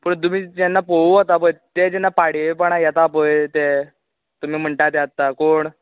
पळय तुमी जेन्ना पवोवन वता पळय जेन्ना ते पडयेपणाक येता पळय ते तुमी म्हणटा ते आतां कोण